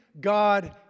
God